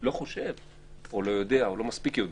לא חושב, או לא יודע, או לא מספיק יודע